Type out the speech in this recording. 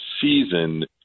season